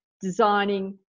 designing